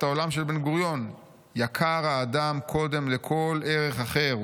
העולם של בן-גוריון: 'יקר האדם קודם לכל ערך אחר'.